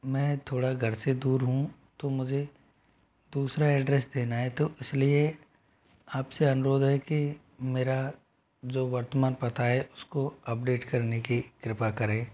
मैं थोड़ा घर से दूर हूँ तो मुझे दूसरा एड्रेस देना है तो इसलिए आपसे अनुरोध है कि मेरा जो वर्तमान पता है उसको अपडेट करने की कृपा करें